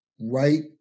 right